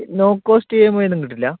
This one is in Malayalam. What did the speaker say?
no cost E M I ഒന്നും കിട്ടില്ല